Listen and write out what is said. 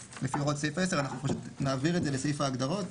--- סעיף 10" אנו נעביר את זה לסעיף ההגדרות,